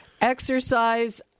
Exercise